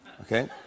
okay